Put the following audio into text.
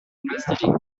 investigated